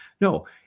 No